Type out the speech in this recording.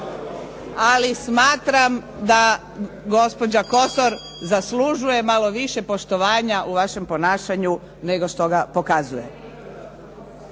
ali smatram da gospođa Kosor zaslužuje malo više poštovanja u vašem ponašanju nego što ga pokazuje.